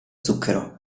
zucchero